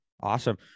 Awesome